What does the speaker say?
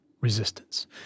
resistance